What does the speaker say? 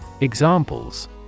Examples